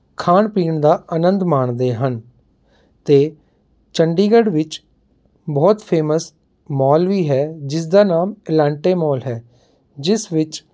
ਖਾਣ ਪੀਣ ਦਾ ਆਨੰਦ ਮਾਣਦੇ ਹਨ ਅਤੇ ਚੰਡੀਗੜ੍ਹ ਵਿੱਚ ਬਹੁਤ ਫੇਮੱਸ ਮਾਲ ਵੀ ਹੈ ਜਿਸਦਾ ਨਾਮ ਐਲਾਂਟੇ ਮਾਲ ਹੈ ਜਿਸ ਵਿੱਚ